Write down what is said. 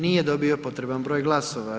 Nije dobio potreban broj glasova.